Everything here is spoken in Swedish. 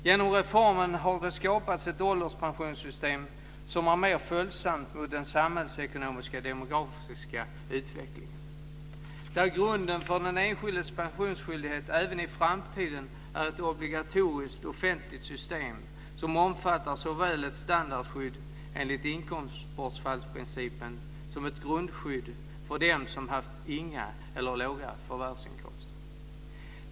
Genom reformen har det skapats ett ålderspensionssystem som är mer följsamt mot den samhällsekonomiska och demografiska utvecklingen, där grunden för den enskildes pensionsskydd även i framtiden är ett obligatoriskt offentligt system som omfattar såväl ett standardskydd enligt inkomstbortfallsprincipen som ett grundskydd för dem som haft inga eller låga förvärvsinkomster.